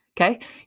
Okay